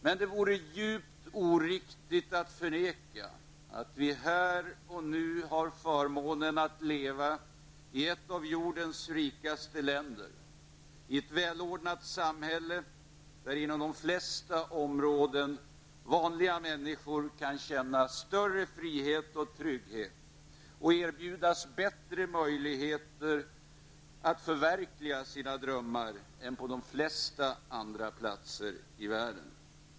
Men det vore djupt oriktigt att förneka att vi här och nu har förmånen att leva i ett av jordens rikaste länder, i ett välordnat samhälle där inom de flesta områden vanliga människor kan känna större frihet och trygghet och erbjudas bättre möjligheter att förverkliga sina drömmar än på de flesta andra platser i världen.